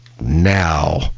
now